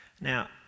Now